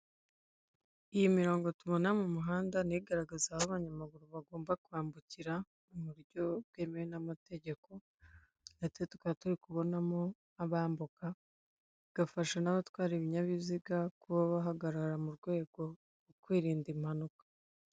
Iyi mirongo tubona mu muhanda ni igaragaza aho abanyamaguru bagomba kwambukira mu buryo bwemewe n'amategeko ndetse tukaba turi kubonamo abambuka, gafasha n'abatwara ibinyabiziga guhagarara mu rwego rwo kwirinda impanuka.